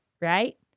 right